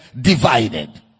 divided